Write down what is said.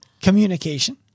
communication